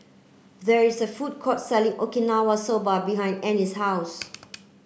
there is a food court selling Okinawa soba behind Annie's house